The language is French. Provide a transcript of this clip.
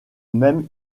même